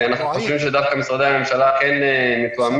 אנחנו חושבים שמשרדי הממשלה דווקא כן מתואמים,